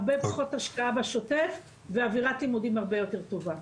הרבה פחות השקעה בשוטף ואווירת לימודים הרבה יותר טובה.